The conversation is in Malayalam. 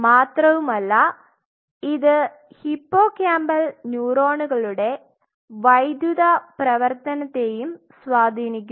മാത്രവുമല്ല ഇത് ഹിപ്പോകാമ്പൽ ന്യൂറോണുകളുടെ വൈദ്യുത പ്രവർത്തനത്തെയും സ്വാധീനിക്കുന്നു